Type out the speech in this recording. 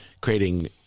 creating